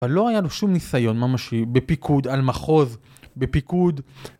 אבל לא היה לו שום ניסיון ממשי בפיקוד על מחוז בפיקוד